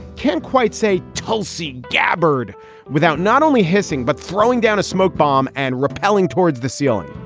can't quite say tulsi gabbard without not only hissing, but throwing down a smoke bomb and rappelling towards the ceiling.